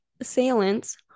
assailants